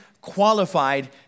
qualified